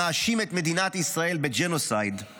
המאשים את מדינת ישראל בג'נוסייד’